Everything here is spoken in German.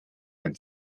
ein